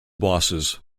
bosses